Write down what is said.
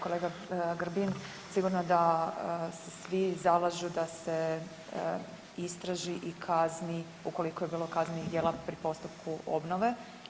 Kolega Grbin, sigurno da se svi zalažu da se istraži i kazni ukoliko je bilo kaznenih djela pri postupku obnove.